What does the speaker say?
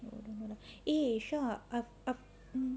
eh sha err